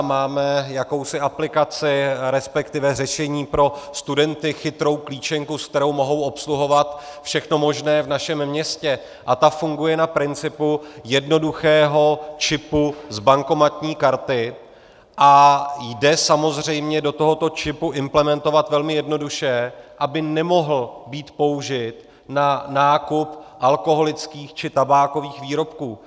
Máme jakousi aplikaci, resp. řešení pro studenty, chytrou klíčenku, se kterou mohou obsluhovat všechno možné v našem městě, a ta funguje na principu jednoduchého čipu z bankomatní karty a jde samozřejmě do tohoto čipu implementovat velmi jednoduše, aby nemohl být použit na nákup alkoholických či tabákových výrobků.